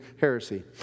heresy